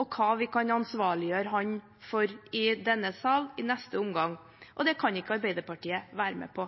og hva vi kan ansvarliggjøre ham for i denne sal i neste omgang. Det kan ikke Arbeiderpartiet være med på.